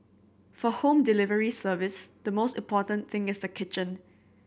for home delivery service the most important thing is the kitchen